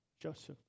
Joseph